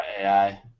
AI